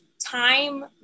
time